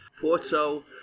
Porto